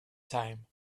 time